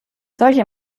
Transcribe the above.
solche